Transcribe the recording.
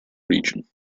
region